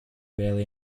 barely